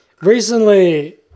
recently